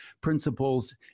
principles